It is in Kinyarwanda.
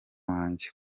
wanjye